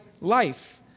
life